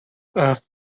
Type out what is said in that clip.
earth